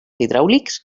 hidràulics